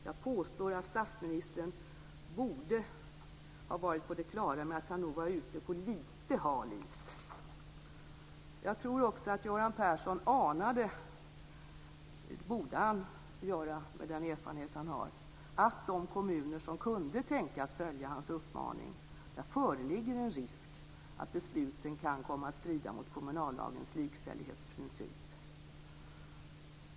Jag tror också att Göran Persson anade - det borde han göra med den erfarenhet han har - att det föreligger en risk för att besluten i de kommuner som kunde tänkas följa hans uppmaning kan komma att strida mot kommunallagens likställighetsprincip.